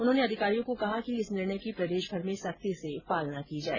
उन्होंने अधिकारियों को कहा कि इस निर्णय की प्रदेशभर में सख्ती से पालना की जाए